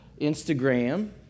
Instagram